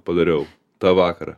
padariau tą vakarą